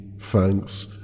Thanks